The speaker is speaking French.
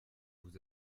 vous